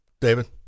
David